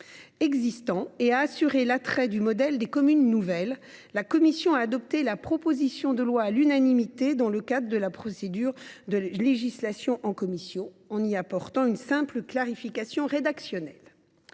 tout en assurant l’attrait du modèle des communes nouvelles. La commission a adopté la proposition de loi à l’unanimité dans le cadre de la procédure de législation en commission, en y apportant une simple clarification rédactionnelle.